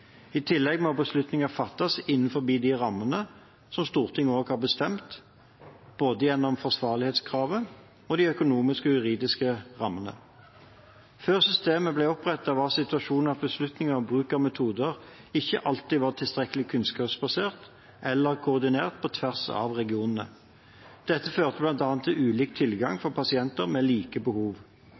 I tillegg må beslutninger fattes innenfor de rammene som Stortinget også har bestemt, både gjennom forsvarlighetskravet og de økonomiske og juridiske rammene. Før systemet ble opprettet var situasjonen at beslutninger om bruk av metoder ikke alltid var tilstrekkelig kunnskapsbasert eller koordinert på tvers av regionene. Dette førte bl.a. til ulik tilgang for pasienter med like behov.